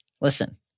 listen